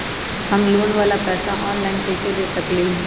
हम लोन वाला पैसा ऑनलाइन कईसे दे सकेलि ह?